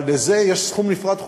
אבל לזה יש סכום נפרד,